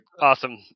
Awesome